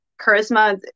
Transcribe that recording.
charisma